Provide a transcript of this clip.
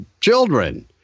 children